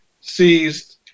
seized